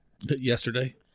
Yesterday